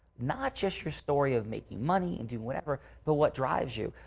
not just your story of making money and doing whatever but what drives you.